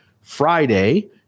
Friday